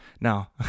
Now